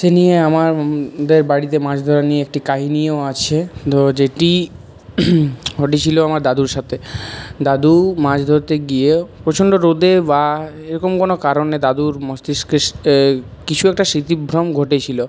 সে নিয়ে আমারদের বাড়িতে মাছ ধরা নিয়ে একটি কাহিনিও আছে তো যেটি ঘটেছিলো আমার দাদুর সাথে দাদু মাছ ধরতে গিয়েও প্রচণ্ড রোদে বা এরকম কোনো কারণে দাদুর মস্তিষ্কে কিছু একটা স্মৃতিভ্রম ঘটেছিলো